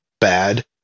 bad